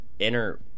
inner